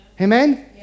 Amen